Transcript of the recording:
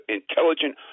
intelligent